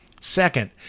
Second